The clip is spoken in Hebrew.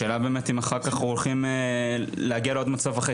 השאלה באמת אם אחר כך הולכים להגיע לעוד מצב אחרי